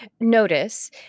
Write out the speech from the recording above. notice